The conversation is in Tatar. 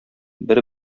бер